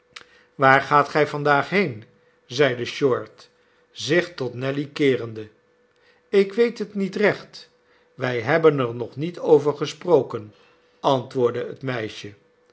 waar gaat gij vandaag heen zeide short zich tot nelly keerende ik weet het niet recht wij hebben er nog niet over gesproken antwoordde het meisje